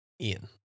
Ian